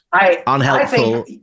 unhelpful